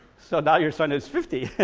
so now your son is fifty,